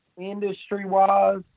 industry-wise